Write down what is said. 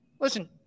listen